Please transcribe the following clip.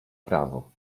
prawo